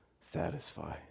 satisfy